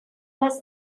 was